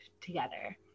together